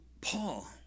Paul